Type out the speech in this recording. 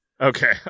Okay